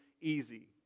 easy